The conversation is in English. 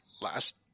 last